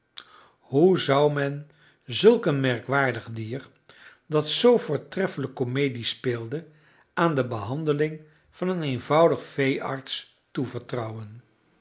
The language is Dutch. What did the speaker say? hoe zou men zulk een merkwaardig dier dat zoo voortreffelijk komedie speelde aan de behandeling van een eenvoudig veearts toevertrouwen